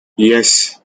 yes